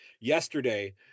yesterday